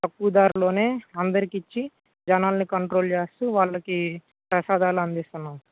తక్కువ ధరలోనే అందరికీ ఇచ్చి జనాల్ని కంట్రోల్ చేస్తూ వాళ్ళకి ప్రసాదాలు అందిస్తున్నాము సార్